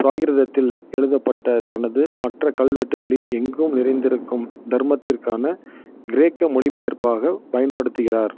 பிராகிருதத்தில் எழுதப்பட்ட தனது மற்ற கல்வெட்டுகளின் எங்கும் நிறைந்திருக்கும் தர்மத்திற்கான கிரேக்க மொழிபெயர்ப்பாகப் பயன்படுத்துகிறார்